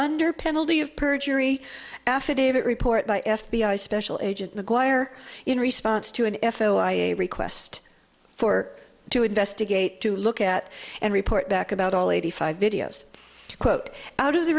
under penalty of perjury affidavit report by f b i special agent mcguire in response to an foia request for to investigate to look at and report back about all eighty five videos quote out of the